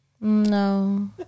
No